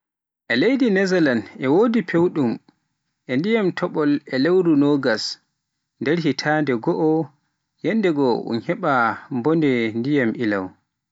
Leydi Nezalan e wodi fewdum e ndiyam topol e lewru agusta, nder hitande goo, yandegoo un heba bone ndiyam ilan.